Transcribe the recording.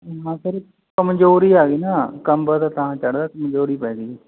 ਹਾਂ ਸਰ ਕਮਜ਼ੋਰੀ ਆ ਗਈ ਨਾ ਕਾਂਬਾ ਤਾ ਤਾਂ ਚੜ੍ਹਦਾ ਕਮਜ਼ੋਰੀ ਪੈ ਗਈ